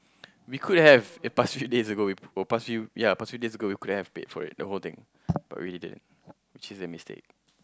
we could have a past few days ago yeah past few ya past few days we could have paid for it the whole thing but we didn't which is a mistake